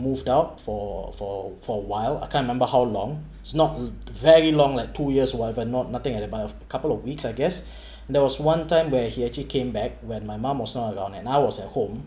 moved out for for for while I can't remember how long it's not very long like two years whatever not nothing at about a couple of weeks I guess there was one time where he actually came back when my mom was not around and I was at home